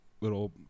little